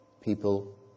people